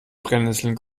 brennesseln